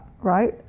right